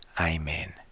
Amen